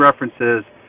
references